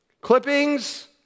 Clippings